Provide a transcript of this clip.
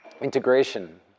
integration